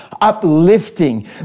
uplifting